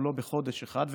גם לא בחודש אחד,